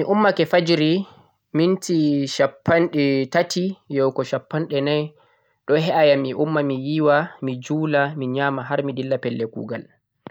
Toh mi'ummake fajira minti shappanɗe tati yahugo shappanɗe nai ɗun he'ayam mi yiiwa, mi julaa, mi nyama har mi dilla pelle kugal